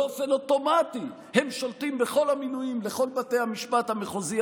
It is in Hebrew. באופן אוטומטי הם שולטים בכל המינויים לכל בתי המשפט המחוזי,